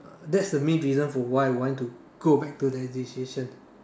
that's the main reason for why I want to go back to that decision